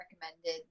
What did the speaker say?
recommended